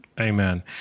amen